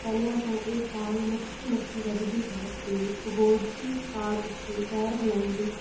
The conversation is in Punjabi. ਪਹਿਲਾਂ ਤਾਂ ਇਹ ਤਾਲ ਮੱਠੀ ਮੱਠੀ ਵੱਜਦੀ ਹੈ ਅਤੇ ਭਗੋੜਚੀ ਤਾਲ ਉਤੇ ਪੈਰ ਹਿਲਾਉਂਦੀ